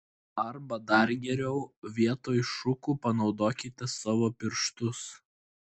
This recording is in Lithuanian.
arba dar geriau vietoj šukų panaudokite savo pirštus